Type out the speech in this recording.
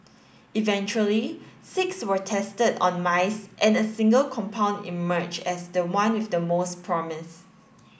eventually six were tested on mice and a single compound emerged as the one with the most promise